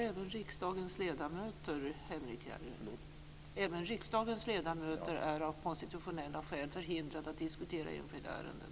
Även riksdagens ledamöter är av konstitutionella skäl förhindrade att diskutera enskilda ärenden.